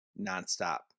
nonstop